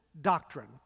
doctrine